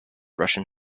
russian